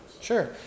Sure